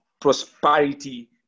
prosperity